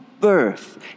Birth